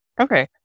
Okay